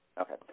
Okay